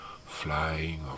flying